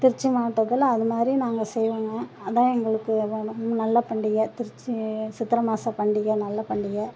திருச்சி மாவட்டத்தில் அது மாதிரி நாங்கள் செய்வோங்க அதுதான் எங்களுக்கு நல்ல பண்டிகை திருச்சி சித்திரை மாத பண்டிகை நல்ல பண்டிகை